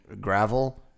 gravel